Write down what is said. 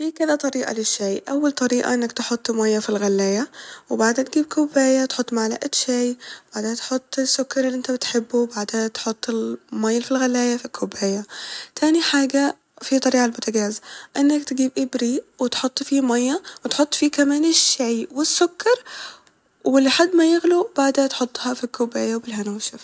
في كذا طريقة للشاي ، اول طريقة انك تحط مية ف الغلاية وبعدها تجيب كوباية تحط معلقة شاي وبعدها تحط السكر اللي انت بتحبه وبعدها تحط المية الل ف الغلاية ف الكوباية ، تاني حاجة في طريقة ع البوتجاز ، انك تجيب ابريق وتحط فيه مية وتحط فيه كمان الشاي والسكر ولحد ما يغلو وبعدها تحطها ف الكوباية وبالهنا والشفا